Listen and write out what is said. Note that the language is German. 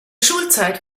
schulzeit